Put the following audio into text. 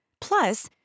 Plus